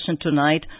tonight